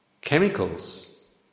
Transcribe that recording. chemicals